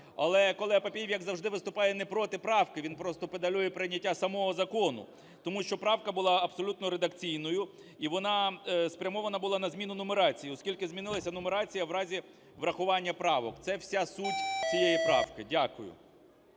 Але колега Папієв, як завжди, виступає не проти правки, він просто педалює прийняття самого закону. Тому що правка була абсолютно редакційною, і вона спрямована була на зміну нумерації, оскільки змінилася нумерація в разі врахування правок. Це – вся суть цієї правки. Дякую.